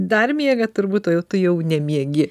dar miega turbūt o jau tu jau nemiegi